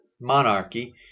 monarchy